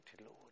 Lord